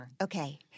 Okay